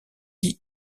qui